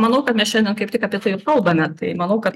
manau kad mes šiandien kaip tik apie tai kalbame tai manau kad